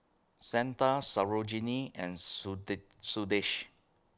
Santha Sarojini and